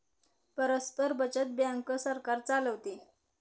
परस्पर बचत बँक सरकार चालवते